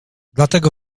dlatego